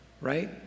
right